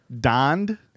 donned